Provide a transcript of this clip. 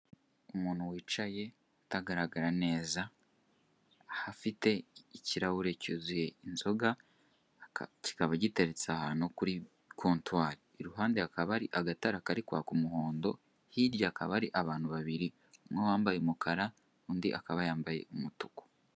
Umuntu wicaye utagaragara neza, aho hafite ikirahure cyuzuye inzoga kikaba giteriretse ahantu kuri kontwari, iruhande hakaba hari agatara kari kwaka umuhondo, hirya hakaba hari abantu babiri, umwe wambaye umukara undi akaba yambaye umutuku.